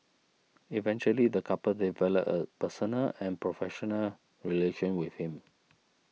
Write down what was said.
eventually the couple developed a personal and professional relation with him